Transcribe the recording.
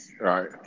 right